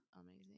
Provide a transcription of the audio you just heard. amazing